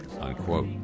unquote